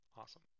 Awesome